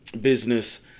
business